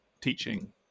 teaching